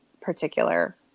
particular